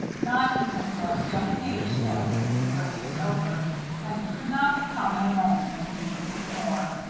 not even what young page said when the race was over and it could not have come at a moment when he needed it more.